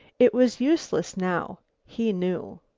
it was useless now, he knew.